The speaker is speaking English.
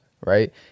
right